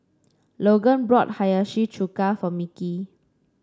Logan brought Hiyashi Chuka for Mickie